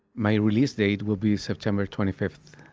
my release date will be september twenty fifth.